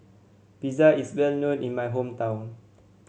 pizza is well known in my hometown